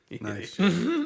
Nice